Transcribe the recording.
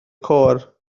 côr